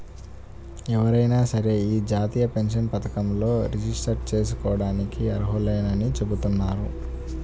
ఎవరైనా సరే యీ జాతీయ పెన్షన్ పథకంలో రిజిస్టర్ జేసుకోడానికి అర్హులేనని చెబుతున్నారు